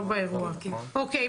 לא באירוע, אוקיי.